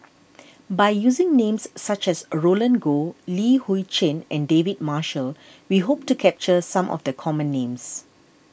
by using names such as Roland Goh Li Hui Cheng and David Marshall we hope to capture some of the common names